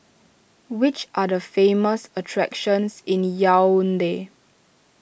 which are the famous attractions in Yaounde